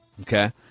Okay